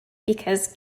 because